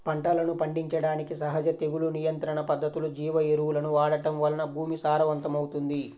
పంటలను పండించడానికి సహజ తెగులు నియంత్రణ పద్ధతులు, జీవ ఎరువులను వాడటం వలన భూమి సారవంతమవుతుంది